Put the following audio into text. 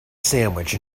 sandwich